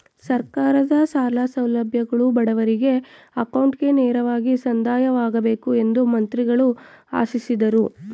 ಸರ್ಕಾರದ ಸಾಲ ಸೌಲಭ್ಯಗಳು ಬಡವರಿಗೆ ಅಕೌಂಟ್ಗೆ ನೇರವಾಗಿ ಸಂದಾಯವಾಗಬೇಕು ಎಂದು ಮಂತ್ರಿಗಳು ಆಶಿಸಿದರು